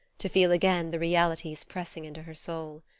to feel again the realities pressing into her soul.